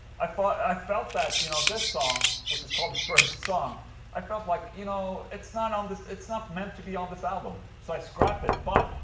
i thought. i felt that, you know, this song which is called first song i felt like you know. it's not on this. it's not meant to be on this album so i scrapped it, but.